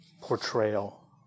portrayal